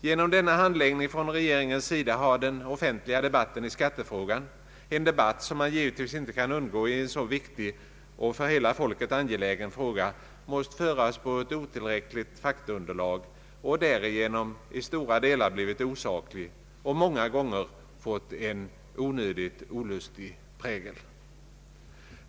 Genom denna handläggning från regeringens sida har den offentliga debatten i skattefrågan — en debatt som man givetvis inte kan undgå i en så viktig och för hela folket angelägen fråga — måst föras på ett otillräckligt faktaunderlag och därigenom i stora delar blivit osaklig och många gånger fått en onödigt olustig prägel.